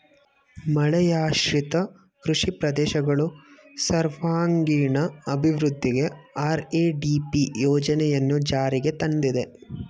ಮಳೆಯಾಶ್ರಿತ ಕೃಷಿ ಪ್ರದೇಶಗಳು ಸರ್ವಾಂಗೀಣ ಅಭಿವೃದ್ಧಿಗೆ ಆರ್.ಎ.ಡಿ.ಪಿ ಯೋಜನೆಯನ್ನು ಜಾರಿಗೆ ತಂದಿದೆ